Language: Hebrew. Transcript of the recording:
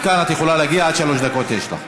מכאן את יכולה להגיע, עד שלוש דקות יש לך.